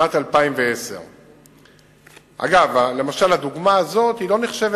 שנת 2010. אגב, הדוגמה הזאת לא נחשבת